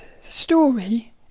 story